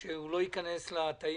שהוא לא ייכנס לתאי